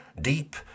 deep